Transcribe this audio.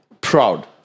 proud